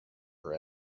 her